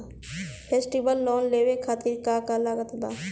Festival loan लेवे खातिर का का लागत बा?